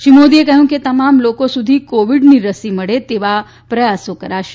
શ્રી મોદીએ કહ્યું કે તમામ લોકો સુધી કોવિડની રસી મળે તેવા પ્રયાસો કરાશે